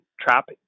trap